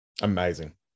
amazing